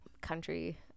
country